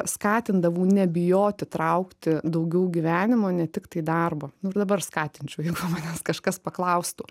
skatindavau nebijoti traukti daugiau gyvenimo ne tiktai darbo ir dabar skatinčiau jeigu manęs kažkas paklaustų